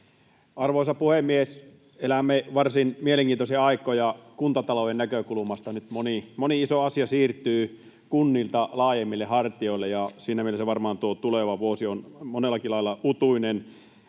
Arvoisa puhemies! Elämme varsin mielenkiintoisia aikoja kuntatalouden näkökulmasta. Nyt moni iso asia siirtyy kunnilta laajemmille hartioille, ja siinä mielessä varmaan tuo tuleva vuosi on monellakin lailla utuinen.